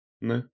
no